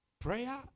prayer